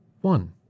One